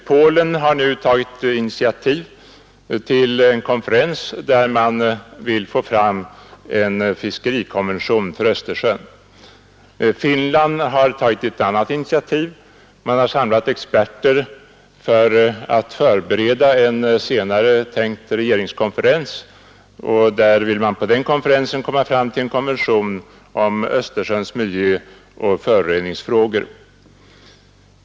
Polen har nu tagit initiativ till en konferens där man vill få fram en fiskerikonvention för Östersjön. Finland har tagit ett annat initiativ. Man har samlat experter för att förbereda en senare tänkt regeringskonferens. På den konferensen vill man komma fram till en konvention om Östersjöns miljöoch föroreningsfrågor.